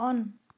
on